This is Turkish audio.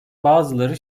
bazıları